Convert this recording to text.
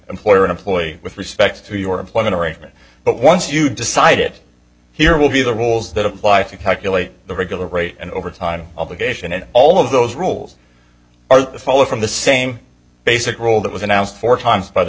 employer employee with respect to your employment arrangement but once you decide it here will be the rules that apply to calculate the regular rate and overtime obligation and all of those rules are followed from the same basic rule that was announced four times by the